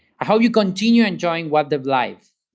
i hope you continue enjoying web dev live.